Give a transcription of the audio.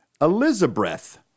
Elizabeth